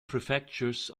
prefectures